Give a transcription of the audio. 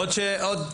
עוד שאלות?